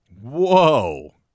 Whoa